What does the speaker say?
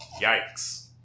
Yikes